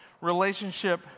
relationship